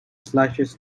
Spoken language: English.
slashes